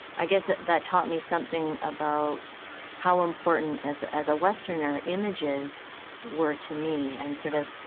i guess that taught me something about how important, as as a westerner, images were to me. and sort of,